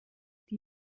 die